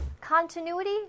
continuity